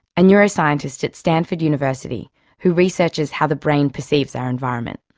a neuroscientist at stanford university who researches how the brain perceives our environment.